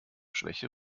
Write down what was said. schwäche